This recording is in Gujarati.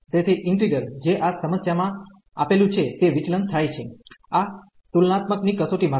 તેથી ઈન્ટિગ્રલ જે આ સમસ્યા માં આપેલુ છે તે વિચલન થાય છે આ તુલનાત્મક ની કસોટી માંથી